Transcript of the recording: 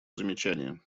замечание